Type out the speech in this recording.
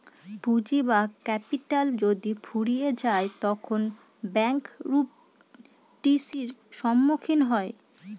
পুঁজি বা ক্যাপিটাল যদি ফুরিয়ে যায় তখন ব্যাঙ্ক রূপ টি.সির সম্মুখীন হয়